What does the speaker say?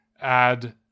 add